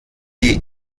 die